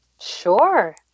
Sure